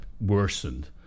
worsened